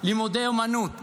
לימודי אומנות,